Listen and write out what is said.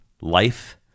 life